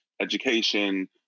education